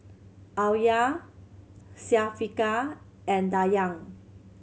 Alya Syafiqah and Dayang